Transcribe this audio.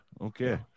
Okay